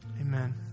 Amen